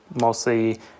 mostly